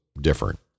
different